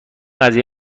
قضیه